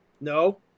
No